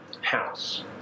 house